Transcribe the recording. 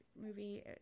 movie